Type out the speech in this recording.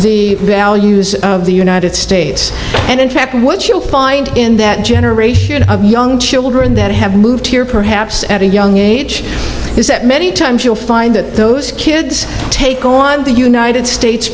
the values of the united states and in fact what you'll find in that young children that have moved here perhaps at a young age is that many times you'll find that those kids take the united states